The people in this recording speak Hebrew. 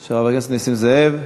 של חבר הכנסת נסים זאב.